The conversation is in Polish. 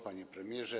Panie Premierze!